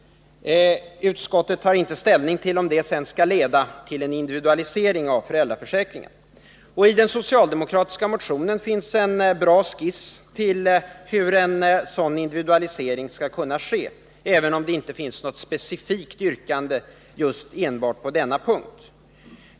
Utskottet tar inte ställning till om det sedan skall leda till en individualisering av föräldraförsäkringen. I den socialdemokratiska motionen finns en bra skiss till hur en sådan individualisering skall kunna ske, även om det inte finns något specifikt yrkande just på denna punkt.